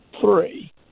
three